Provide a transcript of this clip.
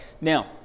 Now